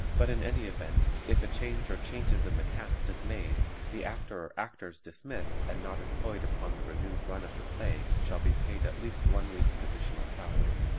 but in any event if a change or changes in the cast is made the actor or actors dismissed and not employed upon the renewed run of the play shall be paid at least one week's additional salary.